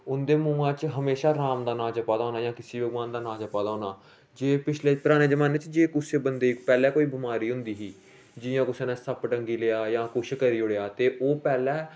उंदे मूहां च हमेशा राम दा नां जपा दा होना जां किसी और भगबान दा नां जपा दा होना जे पिछले पराने जमाने च जे कुसे बंदे गी पहले कोई बिमारी होंदी ही जियां कुसे ने सप्प डंगी लेआ जां कुछ करी ओड़ेआ ते ओह् पैहलें